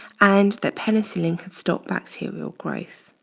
and that penicillin could stop bacterial growth.